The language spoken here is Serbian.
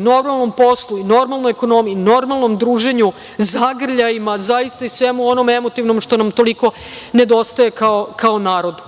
i normalnom poslu i normalnoj ekonomiji i normalnom druženju, zagrljajima, zaista i svemu onome emotivnom što nam toliko nedostaje kao narodu.